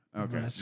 Okay